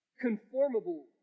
conformable